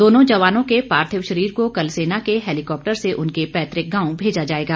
दोनों जवानों के पार्थिव शरीर को कल सेना के हैलीकॉप्टर से उनके पैतुक गांव भेजा जाएगा